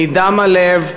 מדם הלב,